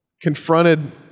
confronted